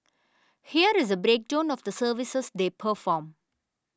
here is a breakdown of the services they perform